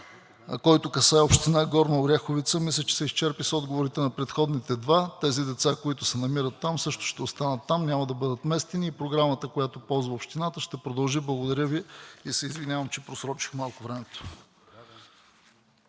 който касае община Горна Оряховица, мисля, че се изчерпи с отговорите на предходните два. Тези деца, които се намират там, също ще останат там и няма да бъдат местени и Програмата, която ползва общината ще продължи. Благодаря Ви. ПРЕДСЕДАТЕЛ АТАНАС АТАНАСОВ: Благодаря Ви.